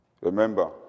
Remember